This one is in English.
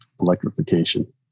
electrification